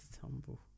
Tumble